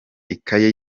ikaye